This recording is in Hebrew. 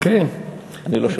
אוקיי,